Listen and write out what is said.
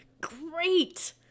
great